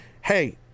hey